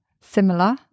similar